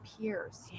Peers